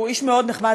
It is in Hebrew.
הוא איש מאוד נחמד,